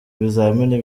ibizamini